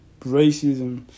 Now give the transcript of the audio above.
racism